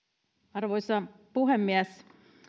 arvoisa puhemies